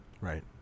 Right